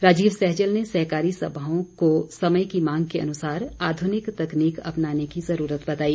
राजीव सहजल ने सहकारी सभाओं को समय की मांग के अनुसार आधुनिक तकनीक अपनाने की ज़रूरत बताई